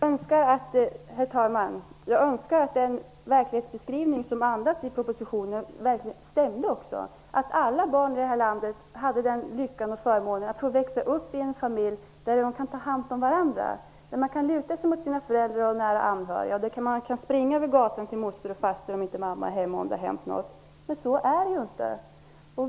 Herr talman! Jag önskar att den verklighetsbeskrivning som propositionen andas också stämmer, att alla barn här i landet hade lyckan och förmånen att få växa upp i en familj där man kan ta hand om varandra, där de kan luta sig mot sina föräldrar och nära anhöriga och där de kan springa över gatan till moster och faster, om inte mamma är hemma och det har hänt någonting. Men så är det ju inte.